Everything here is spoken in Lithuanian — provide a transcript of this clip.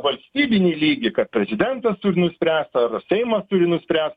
valstybinį lygį kad prezidentas turi nuspręst seimas turi nuspręst